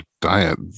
diet